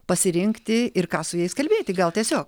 pasirinkti ir ką su jais kalbėti gal tiesio